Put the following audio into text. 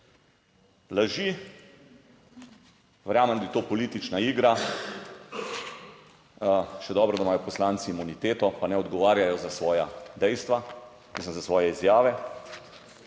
Laži. Verjamem, da je to politična igra, še dobro, da imajo poslanci imuniteto, pa ne odgovarjajo za svoja dejstva, mislim za svoje izjave.